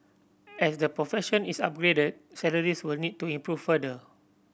as the profession is upgraded salaries will need to improve further